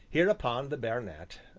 hereupon the baronet,